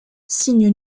signes